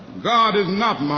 god is not mocked.